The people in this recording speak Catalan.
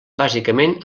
bàsicament